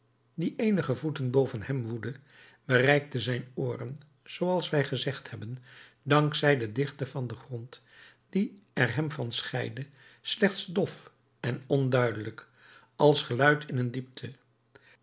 die eenige voeten boven hem woedde bereikte zijn ooren zooals wij gezegd hebben dank zij de dikte van den grond die er hem van scheidde slechts dof en onduidelijk als geluid in een diepte